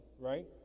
Right